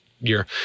year